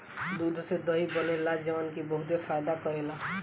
दूध से दही बनेला जवन की बहुते फायदा करेला